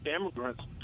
immigrants